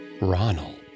Ronald